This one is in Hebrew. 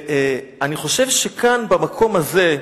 אני חושב שכאן, במקום הזה,